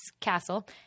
Castle